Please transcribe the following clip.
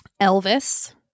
elvis